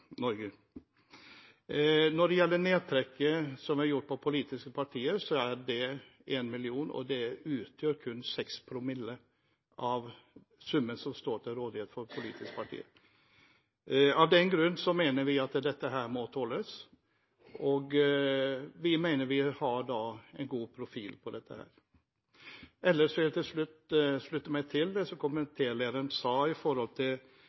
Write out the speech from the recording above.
Når det gjelder nedtrekket som er gjort for politiske partier, er det 1 mill. kr, og det utgjør kun 6 promille av summen som står til rådighet for politiske partier. Av den grunn mener vi at dette må tåles, og vi mener vi da har en god profil på dette. Ellers vil jeg til slutt slutte meg til det komitélederen sa